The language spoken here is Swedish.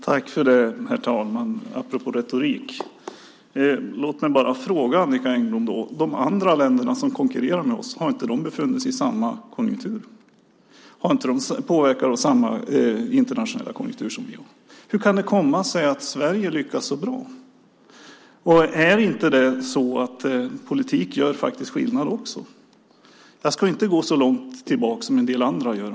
Herr talman! Apropå retorik skulle jag vilja fråga Annicka Engblom: Har inte de andra länderna som konkurrerar med oss befunnit sig i samma konjunktur? Har inte de påverkats av samma internationella konjunktur som vi? Hur kan det komma sig att Sverige lyckas så bra? Är det inte så att politik faktiskt gör skillnad? Jag ska inte gå så långt tillbaka som en del andra gör.